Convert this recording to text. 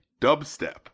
Dubstep